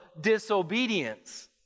disobedience